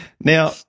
Now